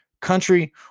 country